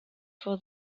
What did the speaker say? for